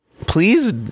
Please